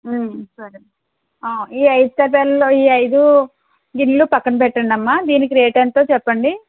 సరే ఈ ఐదు తబెల ఈ ఐదు గిన్నెలు పక్కన పెట్టండమ్మా దీనికి రేట్ ఎంతో చెప్పండి